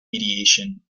mediation